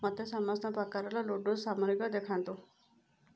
ମୋତେ ସମସ୍ତ ପ୍ରକାରର ଲୁଡ଼ୁ ସାମରିକ ଦେଖାନ୍ତୁ